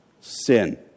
sin